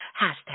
hashtag